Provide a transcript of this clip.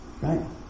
Right